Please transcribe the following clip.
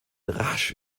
rasch